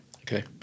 Okay